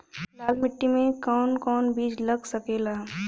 लाल मिट्टी में कौन कौन बीज लग सकेला?